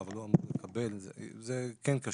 אבל הוא אמור לקבל, זה כן קשור.